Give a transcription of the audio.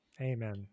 Amen